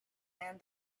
him